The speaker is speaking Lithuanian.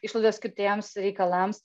išlaidos skirtiems reikalams